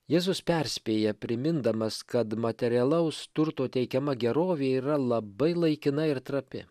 jėzus perspėja primindamas kad materialaus turto teikiama gerovė yra labai laikina ir trapi